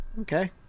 Okay